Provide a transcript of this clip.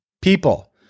People